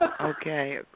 Okay